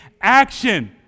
action